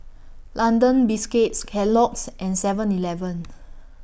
London Biscuits Kellogg's and Seven Eleven